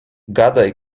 gadaj